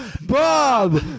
Bob